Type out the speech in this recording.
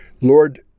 Lord